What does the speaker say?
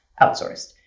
outsourced